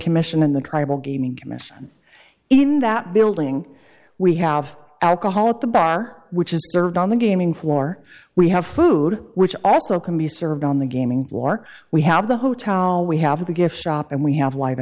commission in the tribal gaming commission in that building we have alcohol at the bar which is served on the gaming floor we have food which also can be served on the gaming floor we have the hotel we have the gift shop and we have